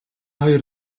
хоёр